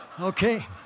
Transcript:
Okay